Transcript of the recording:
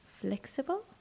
flexible